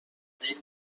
کوچولوی